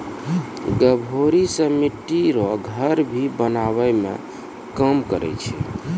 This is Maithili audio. गभोरी से मिट्टी रो घर भी बनाबै मे काम करै छै